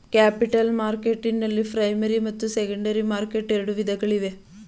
capital ಮಾರ್ಕೆಟ್ನಲ್ಲಿ primary ಮತ್ತು secondary market ಎರಡು ವಿಧಗಳಿವೆ